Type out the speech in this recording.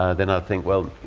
ah then i'd think, well,